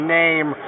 name